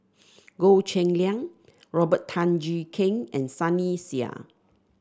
Goh Cheng Liang Robert Tan Jee Keng and Sunny Sia